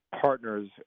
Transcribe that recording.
partners